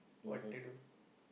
what to do